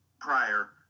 prior